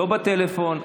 לא בטלפון,